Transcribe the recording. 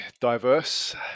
diverse